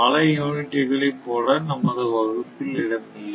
பல யூனிட்டுகளை போட நமது வகுப்பில் இடமில்லை